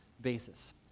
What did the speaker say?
basis